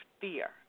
fear